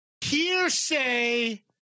hearsay